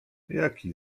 jaki